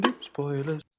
Spoilers